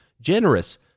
generous